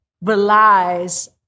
Relies